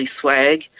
swag